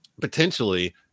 potentially